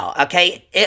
okay